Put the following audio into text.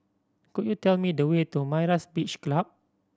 could you tell me the way to Myra's Beach Club